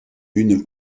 une